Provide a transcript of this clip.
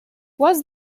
was